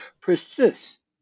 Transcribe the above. persists